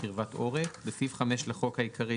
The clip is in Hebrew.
לחוק העיקרי,